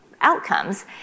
outcomes